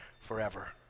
forever